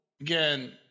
again